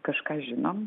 kažką žinom